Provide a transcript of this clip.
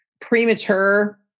premature